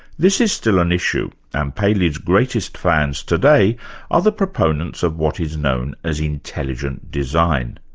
this is still an issue, and paley's greatest fans today are the proponents of what is known as intelligent design.